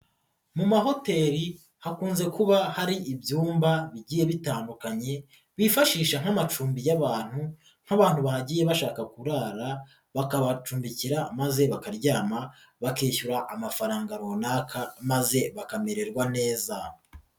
Mu mahoteli hakunze kuba hari ibyumba bigiye bitandukanye bifashisha nk'amacumbi y'abantu nk'abantu bahagiye bashaka kurara bakabacumbikira maze bakaryama bakishyura amafaranga runaka maze bakamererwa neza.